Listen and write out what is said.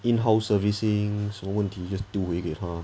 in house servicing 什么问题就丢回给她